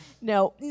No